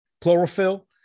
chlorophyll